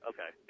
Okay